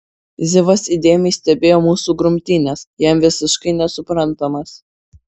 zivas įdėmiai stebėjo mūsų grumtynes jam visiškai nesuprantamas